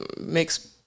makes